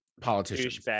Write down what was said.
politicians